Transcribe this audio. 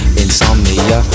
insomnia